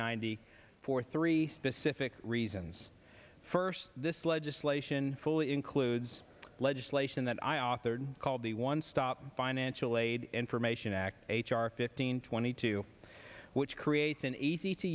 ninety four three specific reasons first this legislation fully includes legislation that i authored called the one stop financial aid information act h r fifteen twenty two which creates an easy to